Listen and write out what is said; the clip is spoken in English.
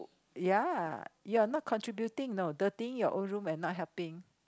ya you're not contributing you know dirtying your own room and not helping